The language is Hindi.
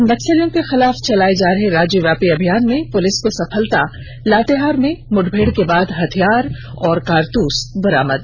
और नक्सलियों के खिलाफ चलाये जा रहे राज्यव्यापी अभियान में पुलिस को सफलता लातेहार में मुठभेड़ के बाद हथियार और कारतूस बरामद